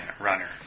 Runner